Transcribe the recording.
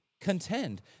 contend